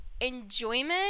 enjoyment